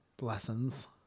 lessons